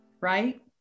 right